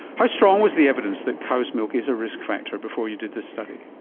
how strong was the evidence that cow's milk is a risk factor before you did this study?